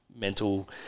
mental